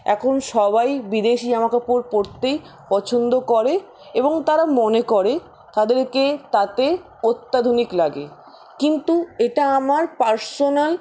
এখন সবাই বিদেশী জামাকাপড় পরতেই পছন্দ করে এবং তারা মনে করে তাদেরকে তাতে অত্যাধুনিক লাগে কিন্তু এটা আমার পার্সোনাল